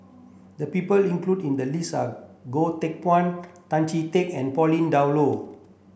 the people included in the list are Goh Teck Phuan Tan Chee Teck and Pauline Dawn Loh